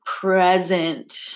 present